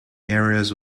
areas